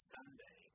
Sunday